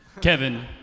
Kevin